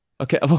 Okay